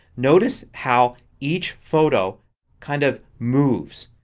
notice how each photo kind of moves.